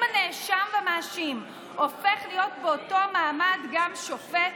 אם הנאשם והמאשים הופך להיות באותו מעמד גם שופט,